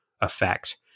effect